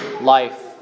life